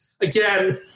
again